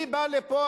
אני בא לפה,